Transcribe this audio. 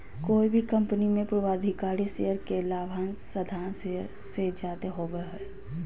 कोय भी कंपनी मे पूर्वाधिकारी शेयर के लाभांश साधारण शेयर से जादे होवो हय